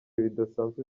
bidasanzwe